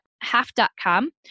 half.com